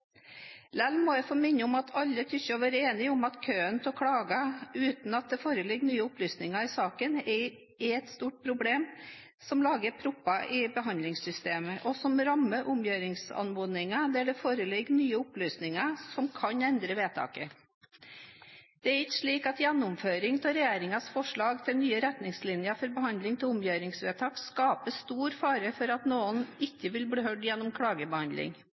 Likevel må jeg få minne om at alle synes å være enige om at køen av klager, uten at det foreligger nye opplysninger i saken, er et stort problem som lager propper i behandlingssystemet, og som rammer omgjøringsanmodninger der det foreligger nye opplysninger som kan endre vedtakene. Det er ikke slik at gjennomføring av regjeringens forslag til nye retningslinjer for behandling av omgjøringsvedtak skaper stor fare for at noen ikke vil bli hørt gjennom klagebehandling.